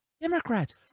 Democrats